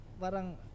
parang